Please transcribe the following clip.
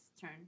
turn